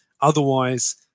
Otherwise